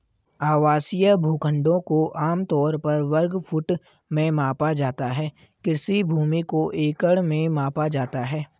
आवासीय भूखंडों को आम तौर पर वर्ग फुट में मापा जाता है, कृषि भूमि को एकड़ में मापा जाता है